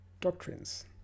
doctrines